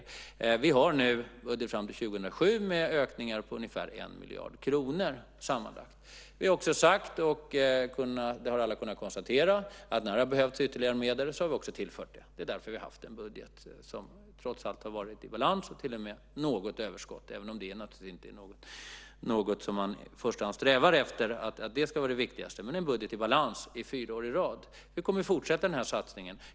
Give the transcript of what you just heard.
Fram till 2007 kommer det att ske ökningar på sammanlagt ungefär 1 miljard kronor. Vi har också sagt, vilket alla har kunnat konstatera, att när det har behövts ytterligare medel har vi också tillfört det. Det är därför som vi har haft en budget som trots allt har varit i balans och till och med haft ett visst överskott, även om det naturligtvis inte är något som man i första hand strävar efter som det viktigaste. Men vi har haft en budget i balans under fyra år i rad. Vi kommer att fortsätta med denna satsning.